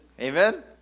Amen